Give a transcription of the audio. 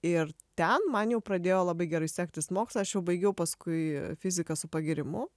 ir ten man jau pradėjo labai gerai sektis moksle aš jau baigiau paskui fiziką su pagyrimu